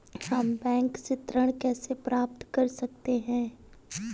हम बैंक से ऋण कैसे प्राप्त कर सकते हैं?